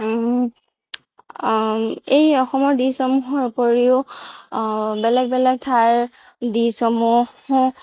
এই অসমৰ ডিচসমূহৰ উপৰিও বেলেগ বেলেগ ঠাইৰ ডিচসমূহো